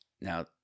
now